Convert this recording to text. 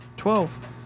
Twelve